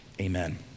Amen